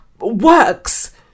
works